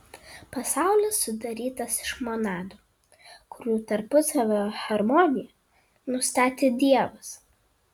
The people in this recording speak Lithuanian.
pasaulis sudarytas iš monadų kurių tarpusavio harmoniją nustatė dievas